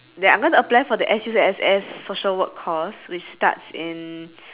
that I'm gonna apply for the S_U_S_S social work course which starts in